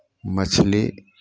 मछली